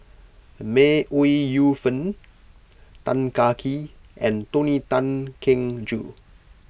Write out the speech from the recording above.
May Ooi Yu Fen Tan Kah Kee and Tony Tan Keng Joo